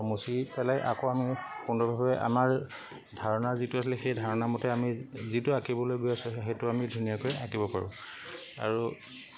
মুচি পেলাই আকৌ আমি সুন্দৰভাৱে আমাৰ ধাৰণা যিটো আছিলে সেই ধাৰণামতে আমি যিটো আঁকিবলৈ গৈ আছো সেইটো আমি ধুনীয়াকৈ আঁকিব পাৰোঁ আৰু